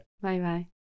bye-bye